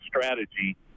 strategy